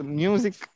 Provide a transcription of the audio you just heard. music